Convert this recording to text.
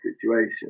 situation